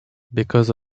because